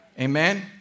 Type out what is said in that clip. amen